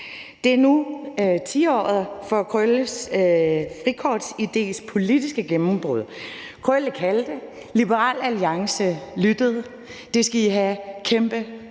Det er nu tiåret for Krølles frikortidés politiske gennembrud. Krølle kaldte, og Liberal Alliance lyttede. Det skal I have kæmpestor